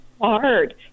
hard